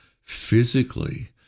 physically